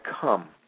come